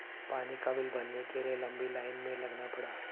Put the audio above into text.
पानी का बिल भरने के लिए लंबी लाईन में लगना पड़ा